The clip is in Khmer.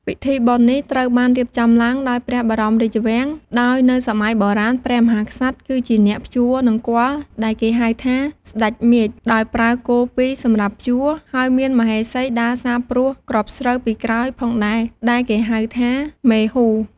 ពិធីបុណ្យនេះត្រូវបានរៀបចំឡើងដោយព្រះបរមរាជវាំង ដោយនៅសម័យបុរាណព្រះមហាក្សត្រគឺជាអ្នកភ្ជួរនង្គ័លដែលគេហៅថាសេ្ដចមាឃ ដោយប្រើគោ២សម្រាប់ភ្ជួរ ហើយមានមហេសីដើរសាបព្រួសគ្រាប់ស្រូវពីក្រោយផងដែរដែលគេហៅថាមេហួរ ។